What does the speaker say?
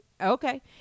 okay